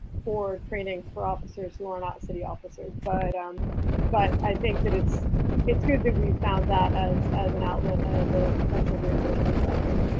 for trainings for officers who are not city officers, but um but i think that it's it's good that we've found that as as an outlet and as a potential reimbursement strategy.